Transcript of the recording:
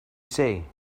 say